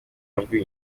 amajwi